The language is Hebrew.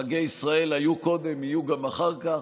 חגי ישראל היו קודם, יהיו גם אחר כך.